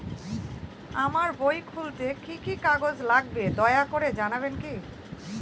আমার বই খুলতে কি কি কাগজ লাগবে দয়া করে জানাবেন কি?